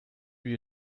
you